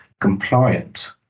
compliant